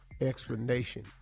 explanation